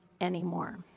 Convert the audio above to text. anymore